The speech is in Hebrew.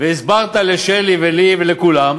והסברת לשלי ולי ולכולם